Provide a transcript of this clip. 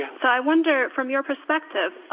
so i wonder, from your perspective,